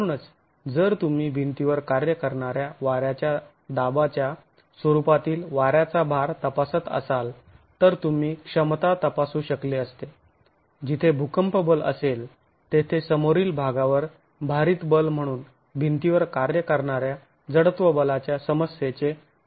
म्हणूनच जर तुम्ही भिंतीवर कार्य करणाऱ्या वाऱ्याच्या दाबाच्या स्वरूपातील वाऱ्याचा भार तपासत असाल तर तुम्ही क्षमता तपासू शकले असते जिथे भूकंप बल असेल तेथे समोरील भागावर भारीत बल म्हणून भिंतीवर कार्य करणाऱ्या जडत्व बलाच्या समस्येचे परीक्षण करू शकला असता